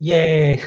Yay